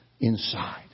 Inside